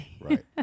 right